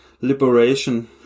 liberation